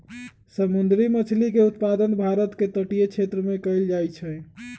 समुंदरी मछरी के उत्पादन भारत के तटीय क्षेत्रमें कएल जाइ छइ